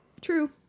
True